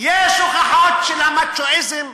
יש הוכחות שלמצ'ואיזם,